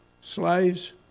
Slaves